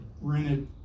rented